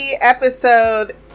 episode